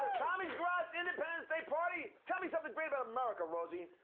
tommy's garage independence day party. tell me something great about america, rosie.